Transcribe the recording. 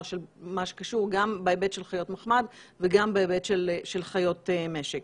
של מה שקשור גם בהיבט של חיות מחמד וגם בהיבט של חיות משק.